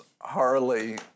Harley